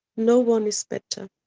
no one is better,